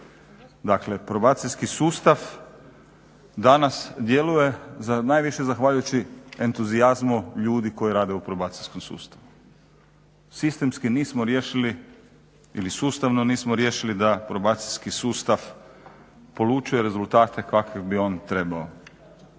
Dakle, probacijski sustav danas djeluje najviše zahvaljujući entuzijazmu ljudi koji rade u probacijskom sustavu. Sistemski nismo riješili ili sustavno nismo riješili da probacijski sustav polučuje rezultate kakve bi on trebao.